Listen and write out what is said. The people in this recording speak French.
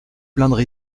plaindre